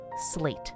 slate